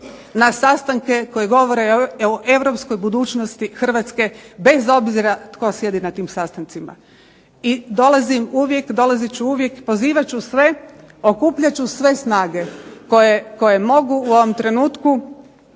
na sastanke koji govore o europskoj budućnosti Hrvatske bez obzira tko sjedi na tim sastancima i dolazim uvijek, dolazit ću uvijek, pozivat ću sve, okupljat ću sve snage koje mogu u ovom trenutku.